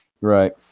Right